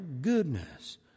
goodness